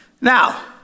Now